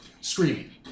Screaming